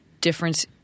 difference